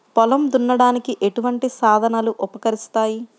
పొలం దున్నడానికి ఎటువంటి సాధనలు ఉపకరిస్తాయి?